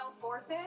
forces